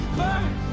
burn